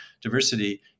diversity